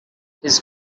his